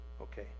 Okay